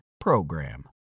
PROGRAM